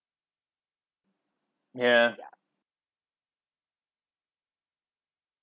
ya